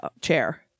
chair